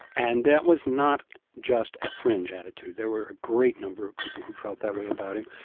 and that was not just a fringe attitude. there were a great number of people who felt that way about him.